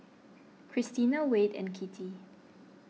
Christina Wade and Kittie